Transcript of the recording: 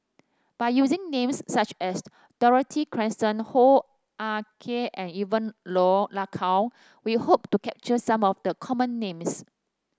by using names such as Dorothy Krishnan Hoo Ah Kay and Evon Law Lak Kow we hope to capture some of the common names